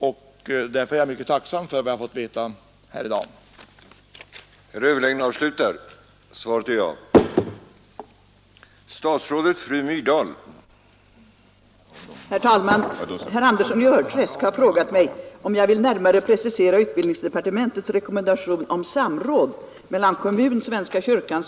Jag är därför mycket tacksam för vad jag fått veta här i dag.